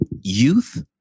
Youth